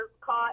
caught